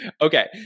Okay